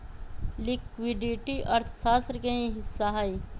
liquidity अर्थशास्त्र के ही हिस्सा हई